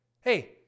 Hey